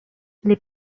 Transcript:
les